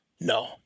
No